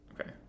Okay